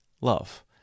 love